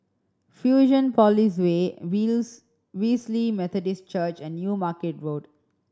Fusionopolis Way Veiws Wesley Methodist Church and New Market Road